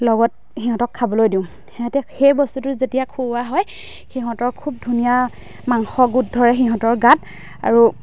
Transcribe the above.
লগত সিহঁতক খাবলৈ দিওঁ সিহঁতক সেই বস্তুটো যেতিয়া খুওৱা হয় সিহঁতৰ খুব ধুনীয়া মাংস গোট ধৰে সিহঁতৰ গাত আৰু